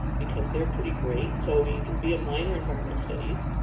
because they're pretty great. so you can be a minor environmental studies,